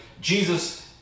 Jesus